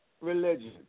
religion